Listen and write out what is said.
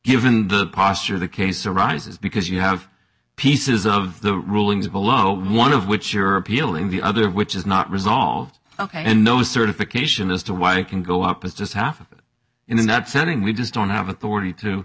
given the posture the case arises because you have pieces of the rulings below one of which you're appealing the other which is not resolved ok and no certification as to why it can go up as just happened in the not setting we just don't have authority t